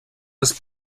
les